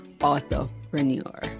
entrepreneur